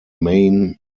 main